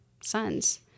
sons